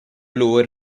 lower